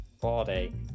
body